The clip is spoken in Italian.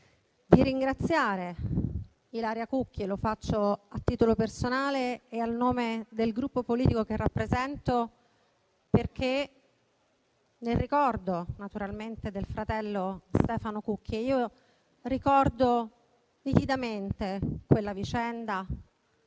di ringraziare Ilaria Cucchi. Lo faccio a titolo personale e a nome del Gruppo politico che rappresento, nel ricordo naturalmente del fratello Stefano Cucchi. Ricordo vividamente quella vicenda,